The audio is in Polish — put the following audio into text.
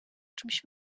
czymś